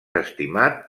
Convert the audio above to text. estimat